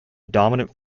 dominant